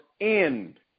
end